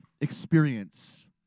Experience